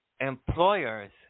employers